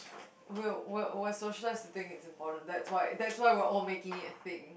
we're we're we're socialised to think it's important that's why that's why we're all making it a thing